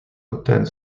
attend